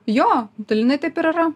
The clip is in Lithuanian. jo dalinai taip ir yra